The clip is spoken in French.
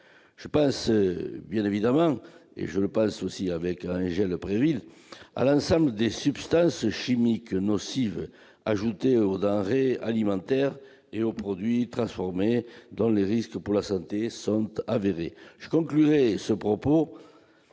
je pense bien évidemment, tout comme Angèle Préville, à l'ensemble des substances chimiques nocives ajoutées aux denrées alimentaires et aux produits transformés dont les risques pour la santé sont avérés. Je conclus ce propos